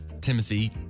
Timothy